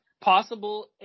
possible